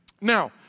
Now